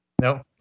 Nope